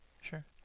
sure